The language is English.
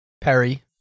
Perry